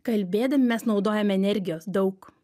kalbėdami mes naudojame energijos daug